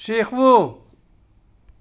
શીખવું